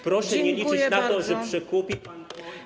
Proszę nie liczyć na to, że przekupi pan.